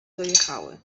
dojechały